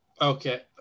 Okay